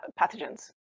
pathogens